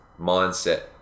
mindset